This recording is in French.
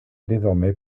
désormais